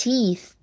Teeth